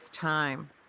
time